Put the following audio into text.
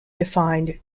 defined